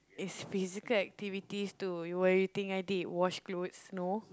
is physical activities too what you think I did wash clothes no